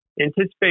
Anticipate